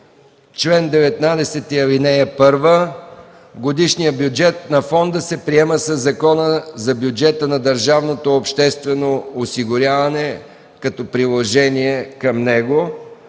чл. 19, ал.1 годишният бюджет на фонда се приема със Закона за бюджета на Държавното обществено осигуряване, като приложение към него.